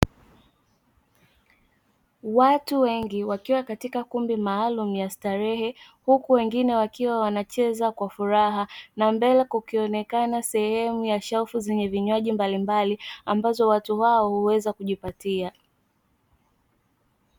Watu wengi wakiwa katika kumbi maalumu ya starehe huku wengine wakiwa wanacheza kwa furaha, na mbele kukionekana sehemu za shelfu zenye vinywaji mbalimbali ambazo watu hao huweza kujipatia.